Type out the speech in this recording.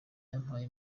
yampaye